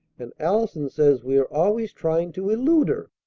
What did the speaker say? and allison says we're always trying to elude her.